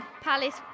Palace